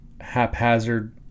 haphazard